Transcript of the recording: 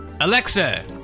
Alexa